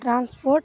transport